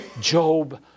Job